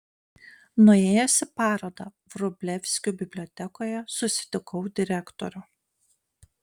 nuėjęs į parodą vrublevskių bibliotekoje susitikau direktorių